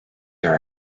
their